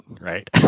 Right